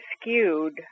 skewed